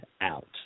out